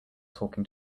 talking